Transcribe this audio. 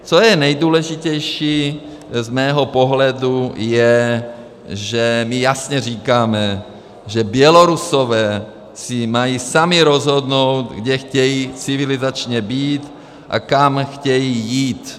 Co je nejdůležitější z mého pohledu, je, že my jasně říkáme, že Bělorusové si mají sami rozhodnout, kde chtějí civilizačně být a kam chtějí jít.